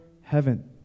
heaven